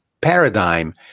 paradigm